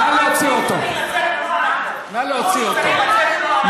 נא להוציא אותו.